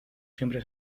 siempre